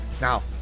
Now